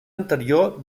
anterior